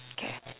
okay